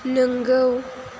नंगौ